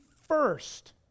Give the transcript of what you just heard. first